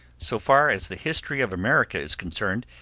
so far as the history of america is concerned,